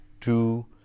two